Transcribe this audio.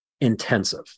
intensive